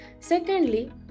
secondly